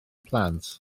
plant